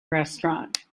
restaurant